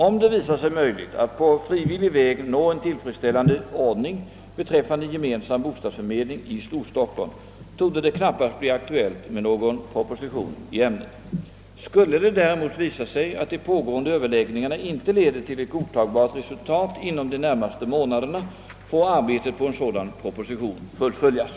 Om det visar sig möjligt att på frivillig väg nå en tillfredsställande ordning beträffande gemensam bostadsförmedling i Storstockholm torde det knappast bli aktuellt med någon proposition i ämnet, Skulle det däremot visa sig att de pågående överläggningarna inte leder till ett godtagbart resultat inom de närmaste månaderna får arbetet på en sådan proposition fullföljas.